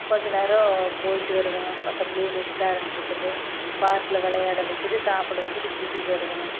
கொஞ்ச நேரம் போய்ட்டு வருவங்க பக்கத்திலே ரெஸ்ட்டாரெண்ட் இருக்குது பார்க்கில் விளையாட வச்சிட்டு சாப்பிட வச்சிட்டு கூட்டிட்டு வருவேங்க